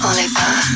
Oliver